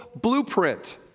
blueprint